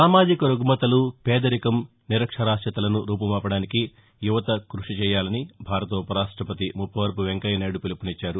సామాజిక రుగ్మతలు పేదరికం నిరక్షరాస్యతలను రూపుమాపడానికి యువత క్బషి చేయాలని భారత ఉపరాష్టపతి ముప్పవరపు వెంకయ్య నాయుడు పిలుపునిచ్చారు